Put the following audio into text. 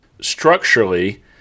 Structurally